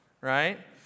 right